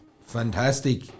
fantastic